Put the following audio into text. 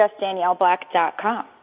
JustDanielleBlack.com